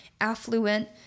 affluent